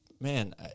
man